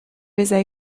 vezañ